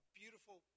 beautiful